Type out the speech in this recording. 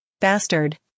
Bastard